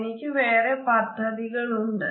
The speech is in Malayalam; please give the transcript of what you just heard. എനിക്ക് വേറെ പദ്ധതികൾ ഉണ്ട്